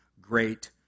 great